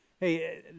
Hey